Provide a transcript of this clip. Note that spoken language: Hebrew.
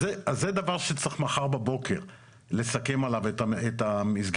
אז זה דבר שצריך מחר בבוקר לסכם עליו את המסגרת